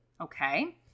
Okay